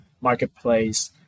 marketplace